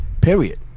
period